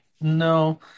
No